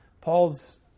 Paul's